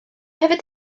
hefyd